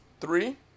three